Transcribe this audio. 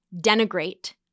denigrate